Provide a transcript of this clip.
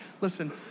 Listen